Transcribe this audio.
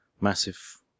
massive